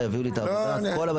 נוכל לחיות עם 20 25 שקלים.